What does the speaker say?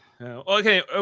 Okay